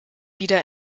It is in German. wieder